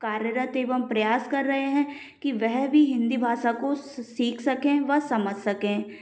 कार्यरत एवं प्रयास कर रहे हैं कि वह भी हिंदी भाषा को सीख सकें व समझ सकें